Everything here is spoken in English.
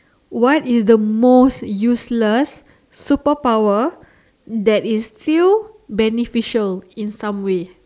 what is the most useless superpower that is still beneficial in some way